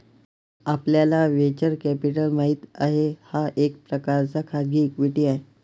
आपल्याला venture capital माहित आहे, हा एक प्रकारचा खाजगी इक्विटी आहे